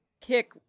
kick